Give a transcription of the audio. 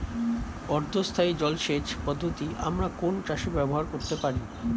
অর্ধ স্থায়ী জলসেচ পদ্ধতি আমরা কোন চাষে ব্যবহার করতে পারি?